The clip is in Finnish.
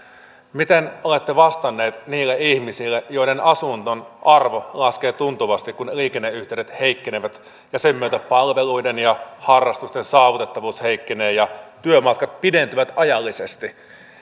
miten olette vastannut niille ihmisille joiden asunnon arvo laskee tuntuvasti kun liikenneyhteydet heikkenevät ja sen myötä palveluiden ja harrastusten saavutettavuus heikkenee ja työmatkat pidentyvät ajallisesti